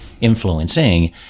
influencing